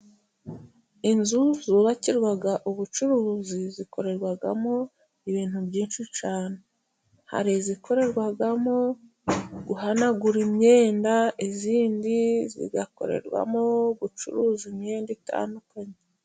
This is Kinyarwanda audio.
Inzu zubakirwa ubucuruzi zikorerwamo ibintu byinshi cyane, hari izikorerwamo guhanagura imyenda, izindi zigakorerwamo gucuruza imyenda itandukanye.